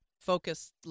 Focused